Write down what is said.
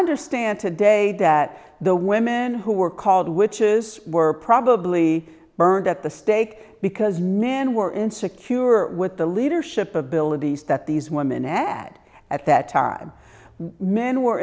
understand today that the women who were called witches were probably burned at the stake because men were insecure with the leadership abilities that these women add at that time men were